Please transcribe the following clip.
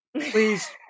please